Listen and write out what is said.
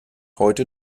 heute